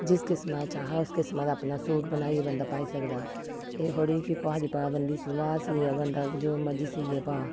जिस किसमा दा चाहा उस किसमा दा अपना सूट बनाइयै बंदा पाई सकदा एह् थोह्ड़ी कि कुहै दी पाबंदी सलवार सीऐ बंदा जो मर्जी सीऐ पा